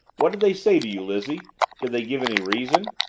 what did they say to you, lizzie did they give any reason?